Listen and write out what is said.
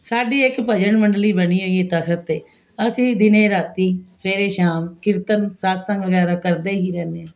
ਸਾਡੀ ਇੱਕ ਭਜਨ ਮੰਡਲੀ ਬਣੀ ਹੋਈ ਹੈ ਤਖ਼ਤ 'ਤੇ ਅਸੀਂ ਦਿਨ ਰਾਤ ਸਵੇਰ ਸ਼ਾਮ ਕੀਰਤਨ ਸਤਸੰਗ ਵਗੈਰਾ ਕਰਦੇ ਹੀ ਰਹਿੰਦੇ ਹਾਂ